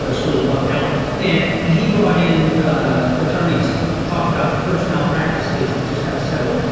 ah school of public health and he brought in ah attorneys talk about the first malpractice case that just got settled.